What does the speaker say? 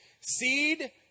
Seed